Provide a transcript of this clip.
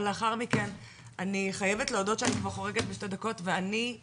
לאחר מכן אני חייבת להודות שאני כבר חורגת בשתי דקות ואני,